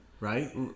Right